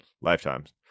lifetimes